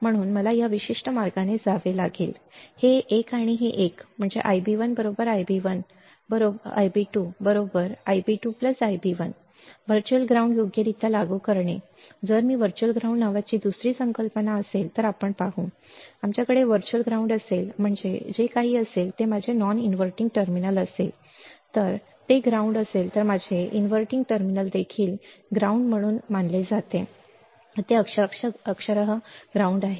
म्हणून मला या एका विशिष्ट मार्गाने जावे लागेल हे एक आणि हे एक i1 बरोबर i2 बरोबर i2 Ib1 वर्च्युअल ग्राउंड योग्यरित्या लागू करणे जर मी वर्च्युअल ग्राउंड नावाची दुसरी संकल्पना असेल तर आपण पाहू आमच्याकडे व्हर्च्युअल ग्राउंड असेल म्हणजे जे काही असेल ते माझे नॉन इन्व्हर्टिंग टर्मिनल असेल जर ते ग्राउंड असेल तर माझे इनव्हर्टिंग टर्मिनल देखील ग्राउंड म्हणून मानले जाते ते अक्षरशः ग्राउंड आहे